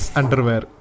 underwear